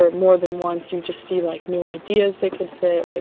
ah more than once, you just see, like, new ideas that could fit, like